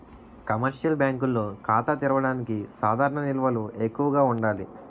commercial బ్యాంకుల్లో ఖాతా తెరవడానికి సాధారణ నిల్వలు ఎక్కువగా ఉండాలి